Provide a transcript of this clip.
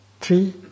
three